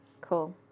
Cool